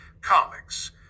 comics